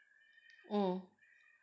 mm